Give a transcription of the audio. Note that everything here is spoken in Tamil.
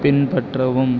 பின்பற்றவும்